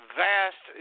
vast